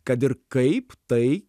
kad ir kaip tai